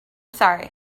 sorry